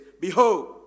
Behold